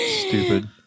stupid